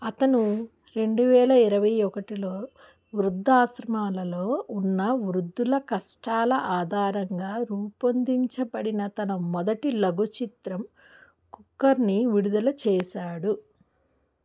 అతను రెండు వేల ఇరవై ఒకటిలో వృద్ధాశ్రమాలలో ఉన్న వృద్ధుల కష్టాల ఆధారంగా రూపొందించబడిన తన మొదటి లఘు చిత్రం కుక్కర్ని విడుదల చేసాడు